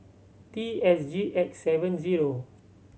T S G X seven zero